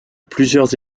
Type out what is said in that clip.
plusieurs